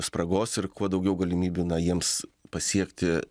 spragos ir kuo daugiau galimybių na jiems pasiekti